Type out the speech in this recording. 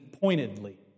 pointedly